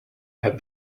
had